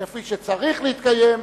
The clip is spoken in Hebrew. כפי שצריך להתקיים,